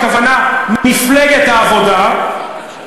הכוונה מפלגת העבודה,